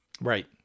Right